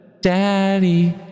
Daddy